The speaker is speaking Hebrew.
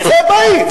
זה הבית,